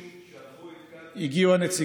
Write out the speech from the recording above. אדוני, שלחו את קטי, בסדר.